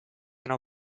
enam